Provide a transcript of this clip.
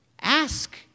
ask